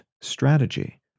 strategy